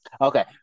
Okay